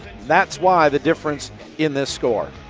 that's why the difference in this score.